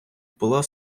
була